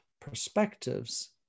perspectives